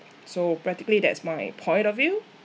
so practically that's my point of view